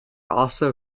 also